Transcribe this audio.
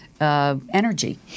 energy